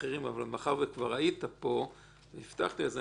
אבל מאחר שכבר היית פה והבטחתי לכן אני נותן לך.